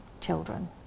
children